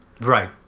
Right